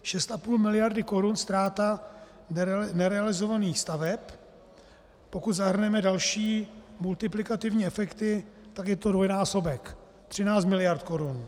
Šest a půl miliardy korun ztráta nerealizovaných staveb, pokud zahrneme další multiplikativní efekty, tak je to dvojnásobek, 13 miliard korun.